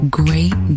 great